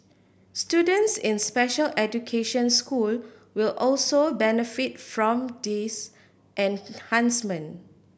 students in special education school will also benefit from these enhancement